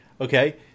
Okay